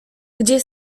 gdzie